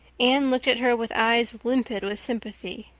anne looked at her with eyes limpid with sympathy.